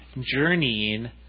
journeying